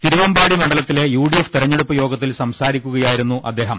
തിരുവമ്പാടി മണ്ഡലത്തിലെ U D F തെരഞ്ഞെടുപ്പ് യോഗത്തിൽ സംസാരിക്കുകയായിരുന്നു അദ്ദേഹം